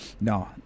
No